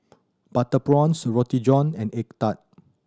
butter prawns Roti John and egg tart